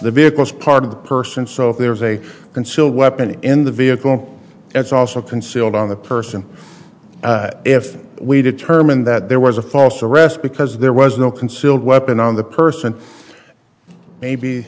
the vehicle is part of the person so if there's a concealed weapon in the vehicle it's also concealed on the person if we determine that there was a false arrest because there was no concealed weapon on the person maybe